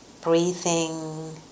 breathing